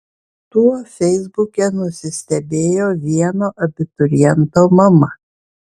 tuo feisbuke nusistebėjo vieno abituriento mama